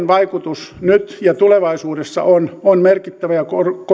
vaikutus nyt ja tulevaisuudessa on on merkittävä ja